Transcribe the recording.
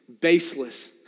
baseless